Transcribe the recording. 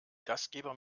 gastgeber